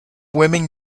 women